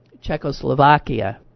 Czechoslovakia